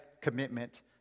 commitment